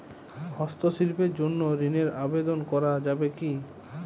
হস্তশিল্পের জন্য ঋনের আবেদন করা যাবে কি?